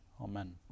Amen